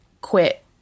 quit